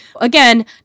again